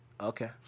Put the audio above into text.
Okay